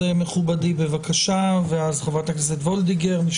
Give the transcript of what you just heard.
מכובדי, בבקשה, ואז נשמע את חברת הכנסת וולדיגר.